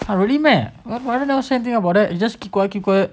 !huh! really meh why you never say anything about that you just keep quiet keep quiet